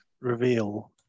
reveal